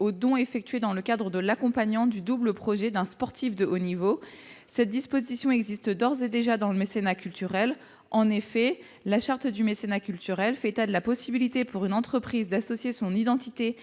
aux dons effectués dans le cadre de l'accompagnement du double projet d'un sportif de haut niveau. Cette disposition existe d'ores et déjà dans le mécénat culturel. En effet, la charte du mécénat culturel fait état de la possibilité pour une entreprise d'associer son identité